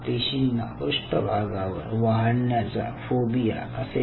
पेशींना पृष्ठभागावर वाढण्याचा फोबिया असेल